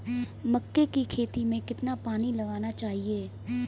मक्के की खेती में कितना पानी लगाना चाहिए?